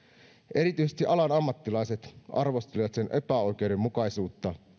erityisesti alan ammattilaiset arvostelivat sen epäoikeudenmukaisuutta